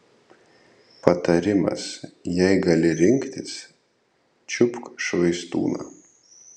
patarimas jei gali rinktis čiupk švaistūną